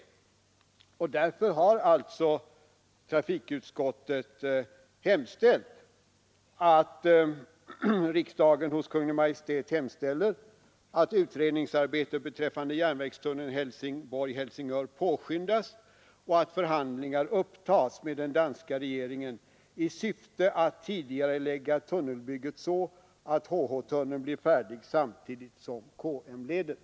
Därför har alltså trafikutskottet hemställt att riksdagen hos Kungl. Maj:t anhåller att utredningsarbetet beträffande järnvägstunneln Helsingborg—Helsingör påskyndas och att förhandlingar upptas med den danska regeringen i syfte att tidigarelägga tunnelbygget så att HH-tunneln blir färdig samtidigt som KM-leden.